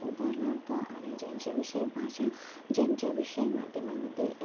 उदाहरणार्थ आणि ज्यांच्याविषयी भाषा ज्यांच्याविषयी माध्यमांमध्ये